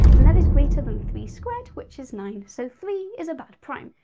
and that is greater than three squared, which is nine, so three is a bad prime.